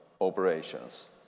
operations